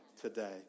today